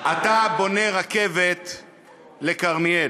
אתה בונה רכבת לכרמיאל.